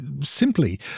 simply